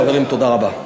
חברים, תודה רבה.